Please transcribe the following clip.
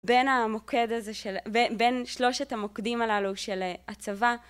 בין המוקד הזה של.. בין בין שלושת המוקדים הללו של הצבא.